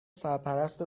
سرپرست